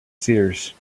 seers